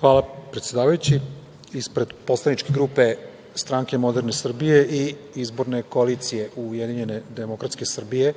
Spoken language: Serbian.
Hvala, predsedavajući. Ispred poslaničke grupe Stranke moderne Srbije i izborne koalicije Ujedinjene demokratske Srbije